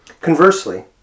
Conversely